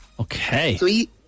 Okay